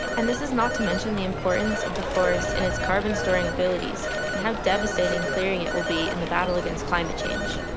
and this is not to mention the importance of the forest and its carbon storing abilities and how devastating clearing it will be in the battle against climate change.